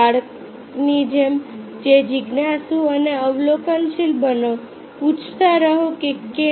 બાળકની જેમ જ જિજ્ઞાસુ અને અવલોકનશીલ બનો પૂછતા રહો કે કેમ